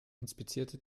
inspizierte